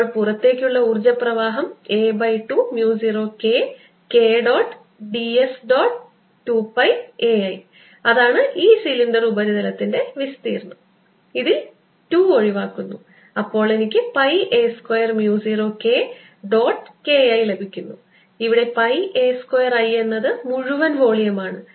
അപ്പോൾ പുറത്തേക്കുള്ള ഊർജ്ജപ്രവാഹം a by 2 mu 0 K K dot dot d s 2 pi a l അതാണ് ഈ സിലിണ്ടർ ഉപരിതലത്തിന്റെ വിസ്തീർണ്ണം ഇതിൽ 2 ഒഴിവാക്കുന്നു അപ്പോൾ എനിക്ക് pi a square mu 0 K dot K l ലഭിക്കുന്നു ഇവിടെ പൈ a സ്ക്വയർ l എന്നത് മുഴുവൻ വോളിയം ആണ്